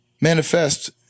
manifest